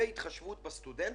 התחשבות בסטודנטים,